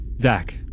Zach